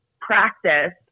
practice